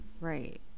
Right